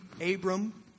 Abram